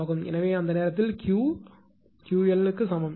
எனவே அந்த நேரத்தில் Q க்கு 𝑄𝑙 சமம்